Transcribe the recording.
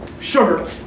sugar